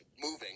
moving